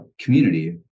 community